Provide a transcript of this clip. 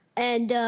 and